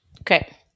Okay